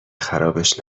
خرابش